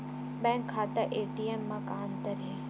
Bank खाता ATM मा का अंतर हे?